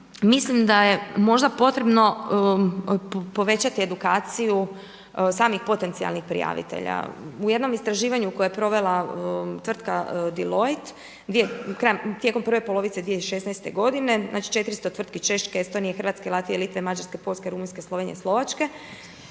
mislim da je, možda potrebno povećati edukaciju samih potencijalnih prijavitelja. U jednom istraživanju koje je provela tvrtka Deloitte tijekom prve polovice 2016. godine, znači 400 tvrtki Češka, Estonije, Latvije, Litve, Mađarske, Poljske, Rumunjske, Slovenije, Slovačke,